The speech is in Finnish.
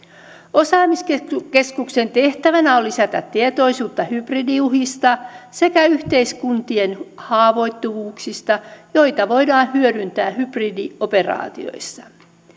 osaamiskeskuksen tehtävänä on lisätä tietoisuutta hybridiuhista sekä yhteiskuntien haavoittuvuuksista joita voidaan hyödyntää hybridioperaatioissa